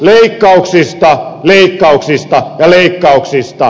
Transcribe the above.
leikkauksista leikkauksista ja leikkauksista